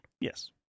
Yes